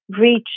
reach